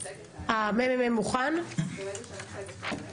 הטרור החקלאי לא פוסח על אף